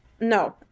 no